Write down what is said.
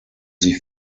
sie